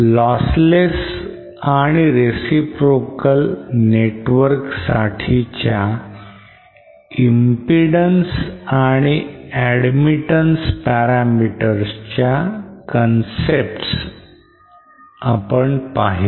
lossless आणि reciprocal network साठीच्या impedance आणि admittance parameters च्या concepts आपण पाहिल्या